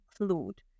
include